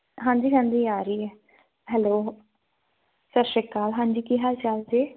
ਹਾਂਜੀ ਹਾਂਜੀ ਆ ਰਹੀ ਹੈ ਹੈਲੋ ਸਤਿ ਸ਼੍ਰੀ ਅਕਾਲ ਹਾਂਜੀ ਕੀ ਹਾਲ ਚਾਲ ਜੀ